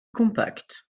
compacte